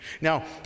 now